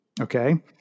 Okay